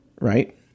right